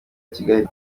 kigali